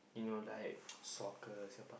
you know like soccer